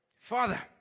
Father